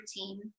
routine